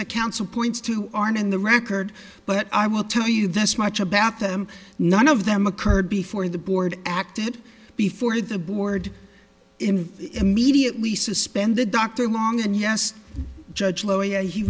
that counsel points to aren't in the record but i will tell you this much about them none of them occurred before the board acted before the board in immediately suspend the dr long and yes judge lawyer he